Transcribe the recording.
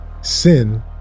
Sin